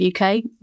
UK